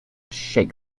shake